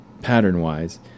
Pattern-wise